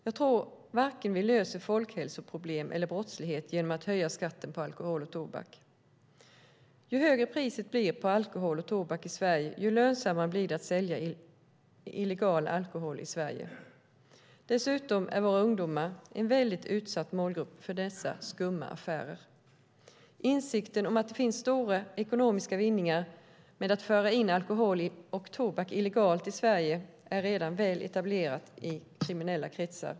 Jag tror inte att vi löser varken folkhälsoproblem eller brottslighet genom att höja skatten på alkohol och tobak. Ju högre priset blir på alkohol och tobak i Sverige, desto lönsammare blir det att sälja illegal alkohol i Sverige. Dessutom är våra ungdomar en väldigt utsatt målgrupp för dessa skumma affärer. Insikten om att det finns stora ekonomiska vinningar i att föra in alkohol och tobak illegalt till Sverige är redan väl etablerad i kriminella kretsar.